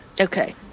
Okay